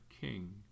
king